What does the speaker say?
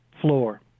floor